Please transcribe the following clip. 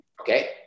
Okay